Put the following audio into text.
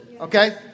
okay